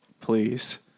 Please